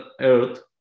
earth